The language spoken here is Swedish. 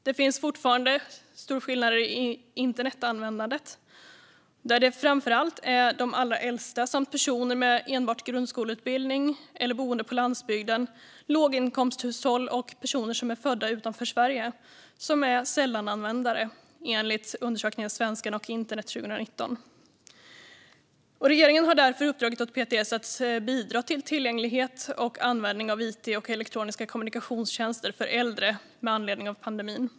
Det finns fortfarande stora skillnader i internetanvändandet, där det framför allt är de allra äldsta samt personer med enbart grundskoleutbildning, boende på landsbygden, låginkomsthushåll och personer som är födda utanför Sverige som är sällananvändare, enligt undersökningen Svenskarna och internet 2019 . Regeringen har därför uppdragit åt PTS att bidra till tillgänglighet och användning av it och elektroniska kommunikationstjänster för äldre med anledning av pandemin.